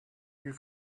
you